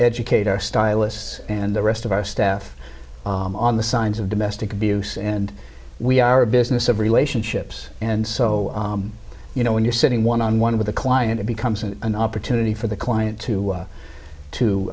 educate our stylists and the rest of our staff on the signs of domestic abuse and we are a business of really asian ships and so you know when you're sitting one on one with a client it becomes an opportunity for the client to